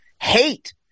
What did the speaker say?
hate